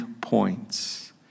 points